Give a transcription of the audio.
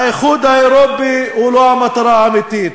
האיחוד האירופי הוא לא המטרה האמיתית,